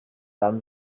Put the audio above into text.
dan